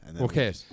Okay